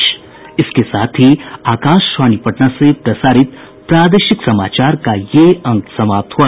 इसके साथ ही आकाशवाणी पटना से प्रसारित प्रादेशिक समाचार का ये अंक समाप्त हुआ